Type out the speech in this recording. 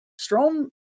Strom